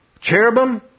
Cherubim